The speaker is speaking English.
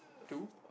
two